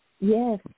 Yes